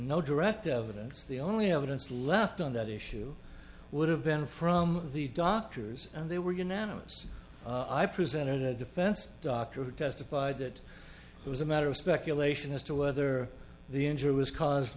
no direct evidence the only evidence left on that issue would have been from the doctors and they were unanimous i presented a defense doctor who testified that it was a matter of speculation as to whether the injury was caused